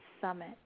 Summit